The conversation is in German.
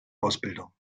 ausbildung